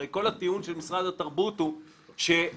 הרי כל הטיעון של משרד התרבות הוא שאת